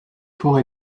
fort